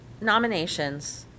nominations